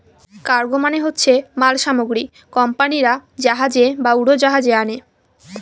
cargo মানে হচ্ছে মাল সামগ্রী কোম্পানিরা জাহাজে বা উড়োজাহাজে আনে